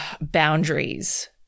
boundaries